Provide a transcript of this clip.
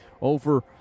over